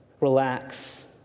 relax